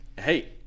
hey